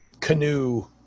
canoe